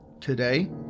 Today